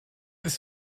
ist